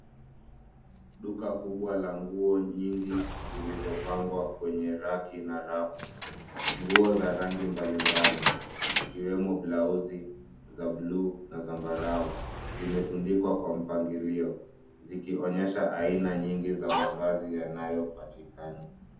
Duka kubwa la nguo nyingi zilizopangwa kwenye raki na rafu. Nguo za rangi mbali mbali , zikiwemo blauzi za blue na zambarau, zimetundikwa kwa mpangilio, zikionyesha aina nyingi za mavazi yanayopatikana.